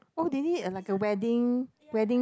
oh they need like a wedding wedding